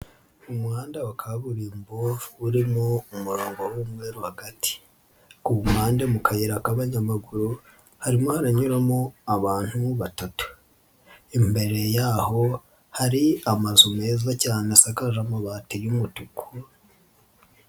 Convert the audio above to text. Umuhanda wa kaburimbo urimo umurongo w'umweru hagati, ku mpande mu kayira k'abanyamaguru harimo karanyuramo abantu batatu, imbere y'aho hari amazu meza cyane asakaje amabati y'umutuku.